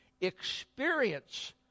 experience